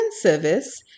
Service